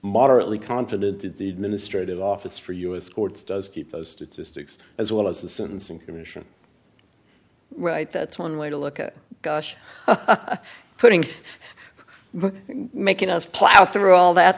moderately confident that the administrative office for us courts does keep those statistics as well as the sentencing commission right that's one way to look at gosh putting making us plough through all that